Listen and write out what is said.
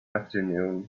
afternoon